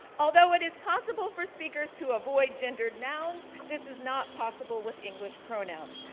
although it is possible for speakers to avoid gendered nouns, this is not possible with english pronouns.